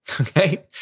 okay